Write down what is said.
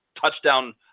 touchdown